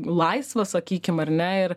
laisvas sakykim ar ne ir